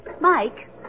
Mike